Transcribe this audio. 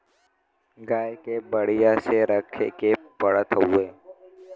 गाय के बढ़िया से रखे के पड़त हउवे